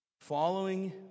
following